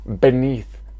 beneath